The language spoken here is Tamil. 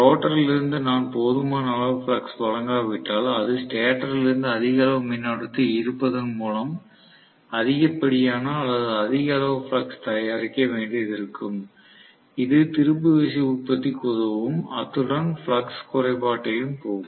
ரோட்டரிலிருந்து நான் போதுமான அளவு ஃப்ளக்ஸ் வழங்காவிட்டால் அது ஸ்டேட்டரிலிருந்து அதிக அளவு மின்னோட்டத்தை ஈரப்பதன் மூலம் அதிகப்படியான அல்லது அதிக அளவு ஃப்ளக்ஸ் தயாரிக்க வேண்டியிருக்கும் இது திருப்பு விசை உற்பத்திக்கு உதவும் அத்துடன் ஃப்ளக்ஸ் குறைபாட்டையும் போக்கும்